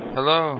Hello